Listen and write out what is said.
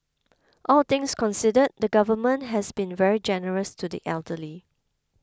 all things considered the government has been very generous to the elderly